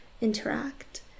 interact